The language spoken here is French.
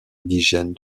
indigènes